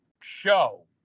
show